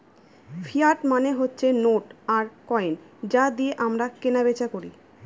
fiat মানে হচ্ছে note আর কয়েন যা দিয়ে আমরা কেনা বেচা করি